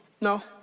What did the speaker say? no